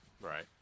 Right